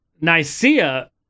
Nicaea